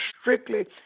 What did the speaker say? strictly